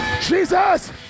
Jesus